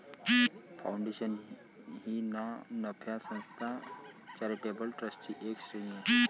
foundation ही ना नफा संस्था किंवा चॅरिटेबल ट्रस्टची एक श्रेणी आहे